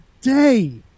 day